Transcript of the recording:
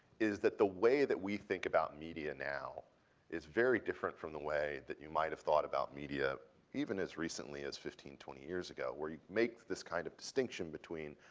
is that the way that we think about media now is very different from the way that you might have thought about media even as recently as fifteen, twenty years ago where you make this kind of distinction between,